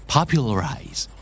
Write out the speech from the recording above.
Popularize